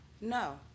No